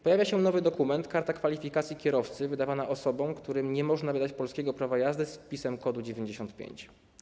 Pojawia się nowy dokument, czyli karta kwalifikacji kierowcy wydawana osobom, którym nie można wydać polskiego prawa jazdy z wpisem kodu 95.